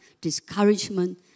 discouragement